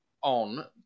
on